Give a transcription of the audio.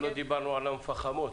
לא דיברנו על המפחמות.